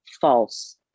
false